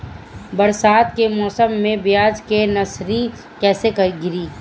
बरसात के मौसम में प्याज के नर्सरी कैसे गिरी?